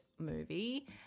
Movie